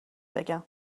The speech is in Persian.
بگم